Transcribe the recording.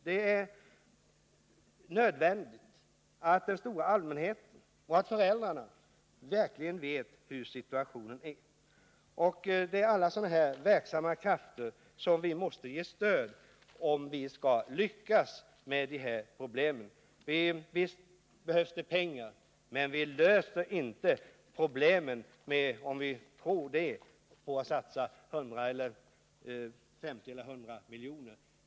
Det är nödvändigt att den stora allmänheten och föräldrarna verkligen vet hur situationen är. Alla sådana här verksamma krafter måste vi ge stöd om vi skall lyckas med det här problemet. Visst behövs det pengar. Men vi löser inte problemet, om vi tror det, genom att satsa 50 eller 100 miljoner.